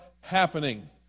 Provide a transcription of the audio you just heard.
happening